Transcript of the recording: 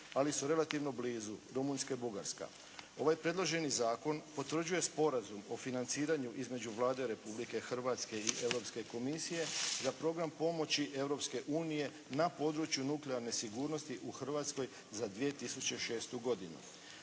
ali su relativno blizu Rumunjska i Bugarska. Ovaj predloženi Zakon potvrđuje sporazum o financiranju između Vlade Republike Hrvatske i Europske Komisije za program pomoći Europske unije na području nuklearne sigurnosti u Hrvatskoj za 2006. godinu.